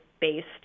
based